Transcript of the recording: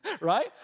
right